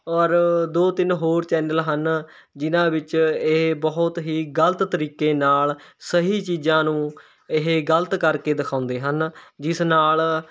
ਔਰ ਦੋ ਤਿੰਨ ਹੋਰ ਚੈਨਲ ਹਨ ਜਿਨ੍ਹਾਂ ਵਿੱਚ ਇਹ ਬਹੁਤ ਹੀ ਗਲਤ ਤਰੀਕੇ ਨਾਲ਼ ਸਹੀ ਚੀਜ਼ਾਂ ਨੂੰ ਇਹ ਗਲਤ ਕਰਕੇ ਦਿਖਾਉਂਦੇ ਹਨ ਜਿਸ ਨਾਲ਼